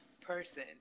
person